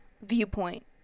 viewpoint